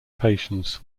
patience